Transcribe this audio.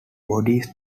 bodies